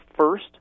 first